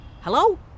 Hello